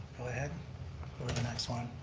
go ahead, go to the next one.